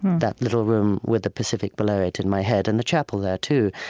that little room with the pacific below it in my head and the chapel there too.